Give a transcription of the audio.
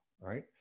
right